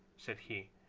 said he.